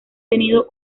tenido